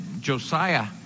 Josiah